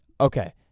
Okay